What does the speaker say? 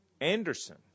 Anderson